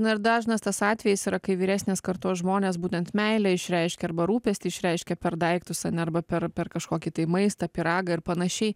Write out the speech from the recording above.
na ir dažnas tas atvejis yra kai vyresnės kartos žmonės būtent meilę išreiškia arba rūpestį išreiškia per daiktus ane arba per per kažkokį tai maistą pyragą ir panašiai